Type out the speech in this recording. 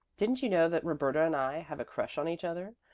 didn't you know that roberta and i have a crush on each other?